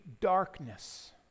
darkness